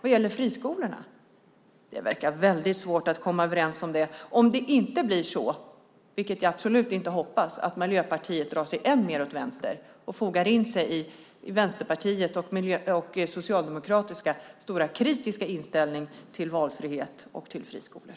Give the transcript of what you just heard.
Det verkar vara väldigt svårt att komma överens om det om det inte blir så, vilket jag absolut inte hoppas, att Miljöpartiet drar sig än mer åt vänster och fogar in sig i Vänsterpartiets och Socialdemokraternas kritiska inställning till valfrihet och till friskolor.